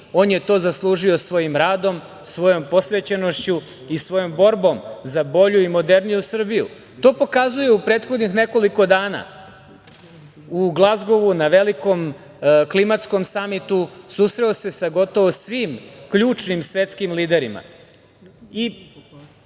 on je to zaslužio svojim radom, svojom posvećenošću i svojom borbom za bolju i moderniju Srbiju. To pokazuju u prethodnih nekoliko dana u Glazgovu na velikom klimatskom samitu susreo se sa gotovo svim ključnim, svetskim liderima.